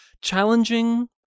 challenging